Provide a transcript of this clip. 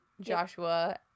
Joshua